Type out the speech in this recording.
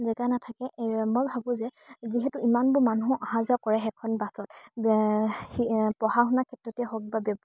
জেগা নাথাকে মই ভাবোঁ যে যিহেতু ইমানবোৰ মানুহ অহা যোৱা কৰে সেইখন বাছত এ পঢ়া শুনাৰ ক্ষেত্ৰতে হওক বা